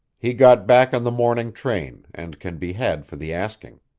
he got back on the morning train, and can be had for the asking.